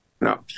No